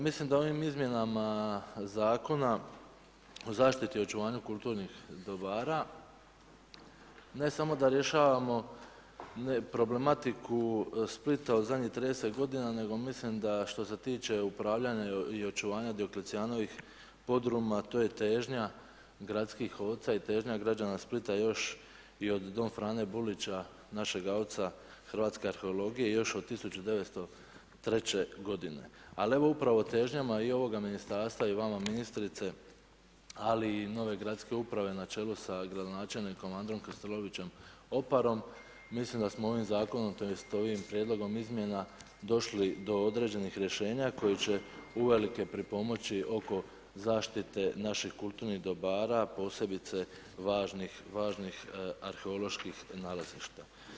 Mislim da ovim izmjenama Zakona o zaštitit i očuvanju kulturnih dobara ne samo da rješavamo problematiku Splita u zadnjih 30 g. nego mislim da što se tiče upravljanja i očuvanja Dioklecijanovih podruma, to je težnja gradskih oca i težnja građana Splita još i od don Frane Bulića, našega oca hrvatske arheologije još od 1903. g. Ali evo upravo o težnjama i ovoga ministarstva i vama ministrice, ali i nove gradske uprave na čelu sa gradonačelnikom Androm Krstulovićem Oparom, mislim da smo ovim zakonom tj. ovim prijedlogom izmjena došli do određenih rješenja koje će uvelike pripomoći oko zaštite naših kulturnih dobara, posebice važnih arheoloških nalazišta.